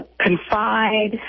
confide